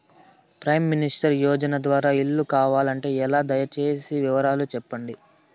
Prime minister Yojana ద్వారా ఇల్లు కావాలంటే ఎలా? దయ సేసి వివరాలు సెప్పండి?